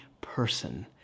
person